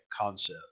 concept